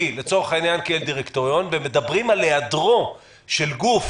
לצורך העניין כדירקטוריון ומדברים על היעדרו של גוף